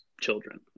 children